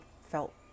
felt